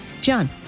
John